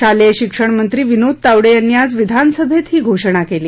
शालेय शिक्षण मंत्री विनोद तावडे यांनी आज विधानसभेत ही घोषणा केली